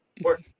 Work